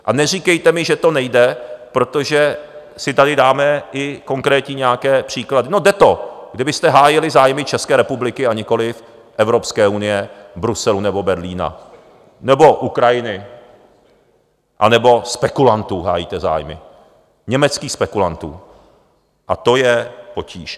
A neříkejte mi, že to nejde, protože si tady dáme i konkrétní nějaké příklady no jde to, kdybyste hájili zájmy České republiky, a nikoliv Evropské unie, Bruselu nebo Berlína nebo Ukrajiny, anebo spekulantů hájíte zájmy, německých spekulantů, a to je potíž.